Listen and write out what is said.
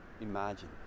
imagine